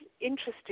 interesting